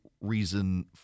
reason